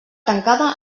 tancada